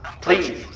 Please